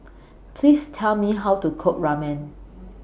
Please Tell Me How to Cook Ramen